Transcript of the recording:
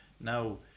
Now